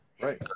right